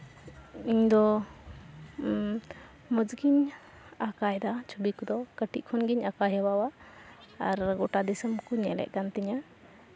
ᱤᱧᱫᱚ ᱢᱚᱡᱽᱜᱤᱧ ᱟᱸᱠᱟᱣᱫᱟ ᱪᱷᱚᱵᱤ ᱠᱚᱫᱚ ᱠᱟᱹᱴᱤᱡ ᱠᱷᱚᱱᱜᱤᱧ ᱟᱸᱠᱟᱣ ᱦᱮᱣᱟᱣᱼᱟ ᱟᱨ ᱜᱳᱴᱟ ᱫᱤᱥᱚᱢ ᱠᱚ ᱧᱮᱞᱮᱫ ᱠᱟᱱ ᱛᱤᱧᱟ